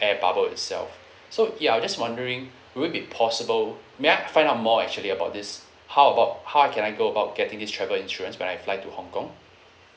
air bubble itself so ya I was just wondering will it be possible may I find out more actually about this how about how I can I go about getting this travel insurance when I fly to hong kong